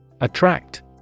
Attract